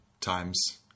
times